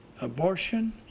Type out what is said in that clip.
Abortion